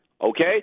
Okay